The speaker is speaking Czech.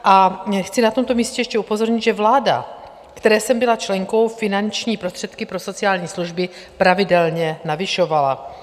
A chci na tomto místě ještě upozornit, že vláda, které jsem byla členkou, finanční prostředky pro sociální služby pravidelně navyšovala.